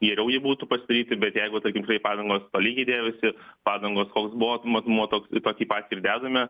geriau jį būtų pasidaryti bet jeigu tarkim tikrai padangos tolygiai dėjosi padangos koks buvo matmuo toks tokį patį ir dedame